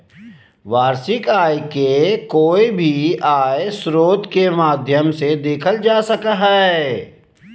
वार्षिक आय के कोय भी आय स्रोत के माध्यम से देखल जा सको हय